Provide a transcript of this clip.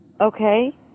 Okay